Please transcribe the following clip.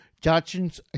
judgments